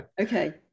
okay